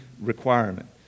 requirement